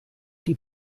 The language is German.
die